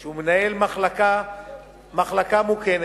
שהוא מנהל מחלקה מוכרת,